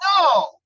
No